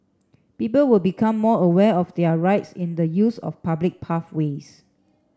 people will become more aware of their rights in the use of public pathways